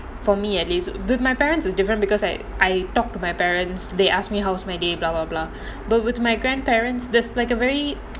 for me at least with my parents is different because I I talk to my parents they ask me how's my day but with my grandparents there's like a very